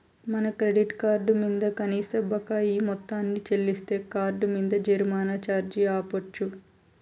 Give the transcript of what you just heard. మన credit card మింద కనీస బకాయి మొత్తాన్ని చెల్లిస్తే కార్డ్ మింద జరిమానా ఛార్జీ ఆపచ్చు